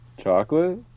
Chocolate